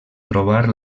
trobar